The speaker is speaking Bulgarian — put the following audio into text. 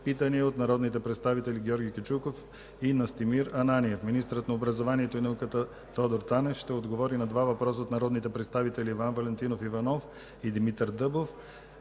питания от народните представители Георги Кючуков и Настимир Ананиев. Министърът на образованието и науката Тодор Танев ще отговори на два въпроса от народните представители Иван Валентинов Иванов и Димитър Дъбов,